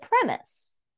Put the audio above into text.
premise